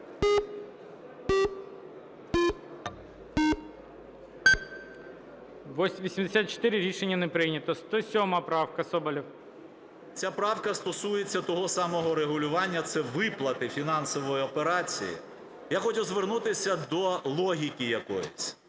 За-84 Рішення не прийнято. 107 правка, Соболєв. 13:47:14 СОБОЛЄВ С.В. Ця правка стосується того самого регулювання, це виплати фінансової операції. Я хочу звернутися до логіки якоїсь.